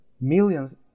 Millions